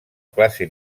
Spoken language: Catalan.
classe